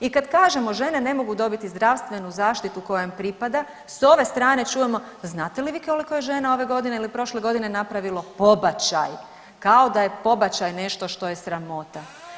I kad kažemo žene ne mogu dobiti zdravstvenu zaštitu koja im pripada s ove strane čujemo, znate li koliko je žena ove godine ili prošle godine napravilo pobačaj, kao da je pobačaj nešto što je sramota.